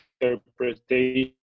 interpretation